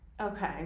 okay